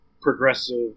progressive